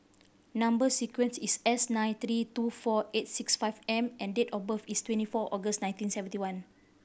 number sequence is S nine three two four eight six five M and date of birth is twenty four August nineteen seventy one